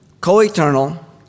co-eternal